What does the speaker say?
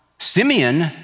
Simeon